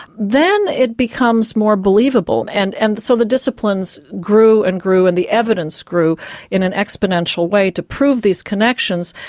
then it becomes more believable. and and so the disciplines grew and grew and the evidence grew in an exponential way to prove these connections.